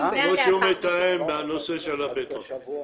כפי שהוא מתאם בנושא הבטיחות.